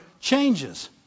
changes